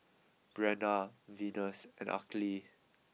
Breanna Venus and Aracely